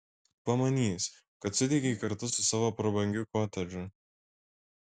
pamanys kad sudegei kartu su savo prabangiu kotedžu